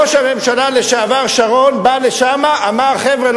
ראש הממשלה לשעבר שרון בא לשם ואמר: חבר'ה,